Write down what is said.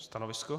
Stanovisko?